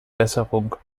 besserung